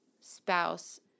spouse